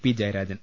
P Jayarajan